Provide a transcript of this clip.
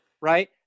right